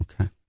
Okay